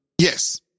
Yes